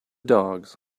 dogs